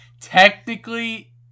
technically